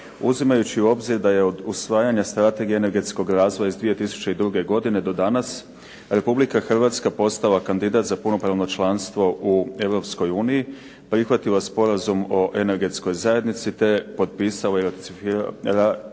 uzimajući u obzir da je od usvajanja Strategije energetskog razvoja iz 2002. godine do danas Republika Hrvatska postala kandidat za punopravno članstvo u Europskoj uniji, prihvatila Sporazum o energetskoj zajednici te potpisala i ratificirala